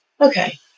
Okay